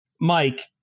Mike